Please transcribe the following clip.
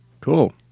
Cool